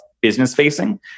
business-facing